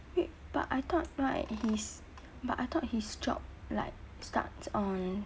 wait but I thought right his but I thought his job like starts on